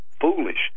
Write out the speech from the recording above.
Foolish